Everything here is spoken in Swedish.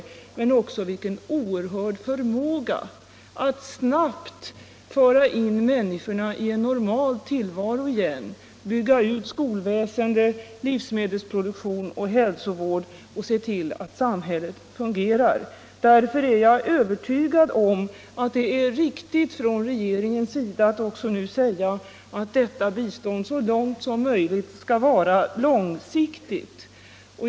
Men jag kunde också se vilken oerhörd förmåga den har att snabbt föra in människorna i en normal tillvaro igen — bygga ut skolväsende, livsmedelsproduktion och hälsovård och få samhället att fungera. Därför är jag övertygad om att det är riktigt att regeringen nu också säger att detta bistånd såvitt möjligt skall vara långsiktigt.